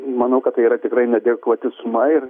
manau kad tai yra tikrai neadekvati suma ir